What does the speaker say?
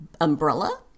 umbrella